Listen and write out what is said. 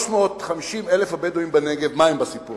350,000 הבדואים בנגב, מה הם בסיפור